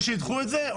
או שידחו את זה,